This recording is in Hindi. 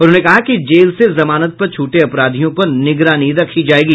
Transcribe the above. उन्होंने कहा कि जेल से जमानत पर छूटे अपराधियों पर निगरानी रखी जायेगी